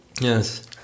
Yes